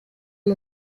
los